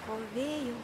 o vėjau